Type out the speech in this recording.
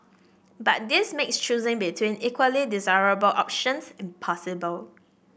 but this makes choosing between equally desirable options impossible